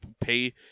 pay